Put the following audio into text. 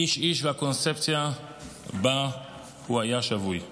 איש-איש והקונספציה שבה הוא היה שבוי.